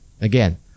again